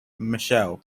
michele